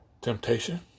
temptation